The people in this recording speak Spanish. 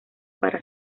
para